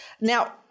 Now